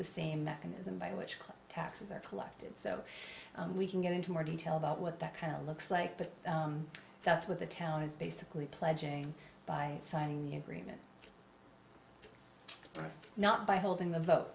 the same mechanism by which taxes are collected so we can get into more detail about what that kind of looks like but that's what the town is basically pledging by signing the agreement not by holding the vote